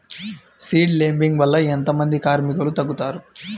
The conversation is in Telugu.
సీడ్ లేంబింగ్ వల్ల ఎంత మంది కార్మికులు తగ్గుతారు?